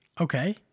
Okay